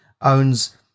owns